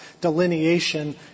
delineation